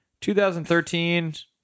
2013